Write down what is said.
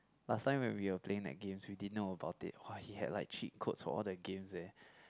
last time when we were playing the games we didn't know about it !wah! he had like cheat codes for all the games eh